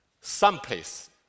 someplace